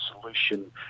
solution